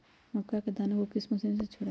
मक्का के दानो को किस मशीन से छुड़ाए?